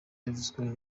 yavuzweho